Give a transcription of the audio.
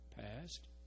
past